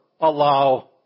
allow